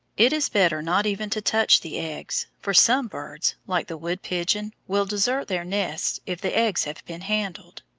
it is better not even to touch the eggs for some birds, like the wood-pigeon, will desert their nests if the eggs have been handled.